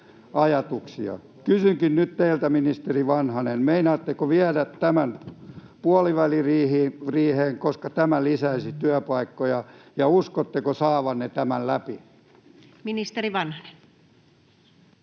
Kysynkin nyt teiltä, ministeri Vanhanen: meinaatteko viedä tämän puoliväliriiheen, koska tämä lisäisi työpaikkoja, ja uskotteko saavanne tämän läpi? Ministeri Vanhanen.